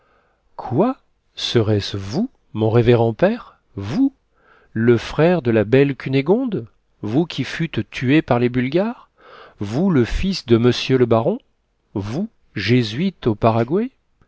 quoi serait-ce vous mon révérend père vous le frère de la belle cunégonde vous qui fûtes tué par les bulgares vous le fils de monsieur le baron vous jésuite au paraguai